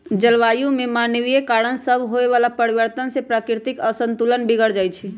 जलवायु में मानवीय कारण सभसे होए वला परिवर्तन से प्राकृतिक असंतुलन बिगर जाइ छइ